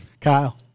Kyle